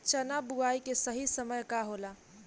चना बुआई के सही समय का होला?